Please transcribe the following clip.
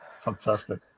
fantastic